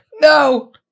No